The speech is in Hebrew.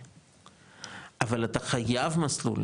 אבל אתה חייב מסלול,